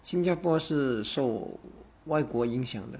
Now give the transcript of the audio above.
新加坡是受外国影响的